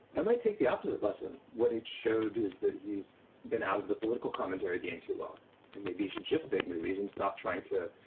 i might take the opposite lesson. what it showed is that he's been out of the political commentary game too long and maybe you should just make me reason, stop trying to